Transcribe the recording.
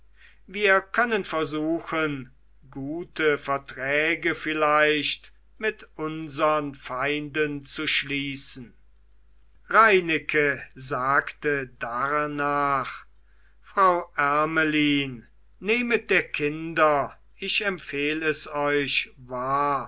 wir können versuchen gute verträge vielleicht mit unsern feinden zu schließen reineke sagte darnach frau ermelyn nehmet der kinder ich empfehl es euch wahr